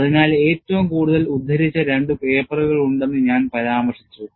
അതിനാൽ ഏറ്റവും കൂടുതൽ ഉദ്ധരിച്ച 2 പേപ്പറുകൾ ഉണ്ടെന്ന് ഞാൻ പരാമർശിച്ചു